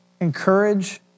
encourage